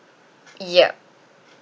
yup